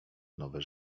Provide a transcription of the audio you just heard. nowe